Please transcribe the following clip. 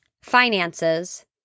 finances